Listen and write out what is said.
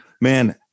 man